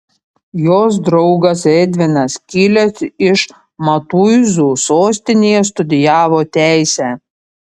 jos draugas edvinas kilęs iš matuizų sostinėje studijavo teisę